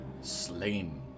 slain